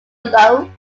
loan